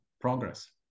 progress